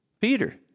Peter